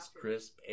crisp